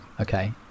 Okay